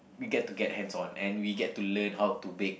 you get to get hands-on and we get to learn how to bake